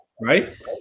right